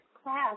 class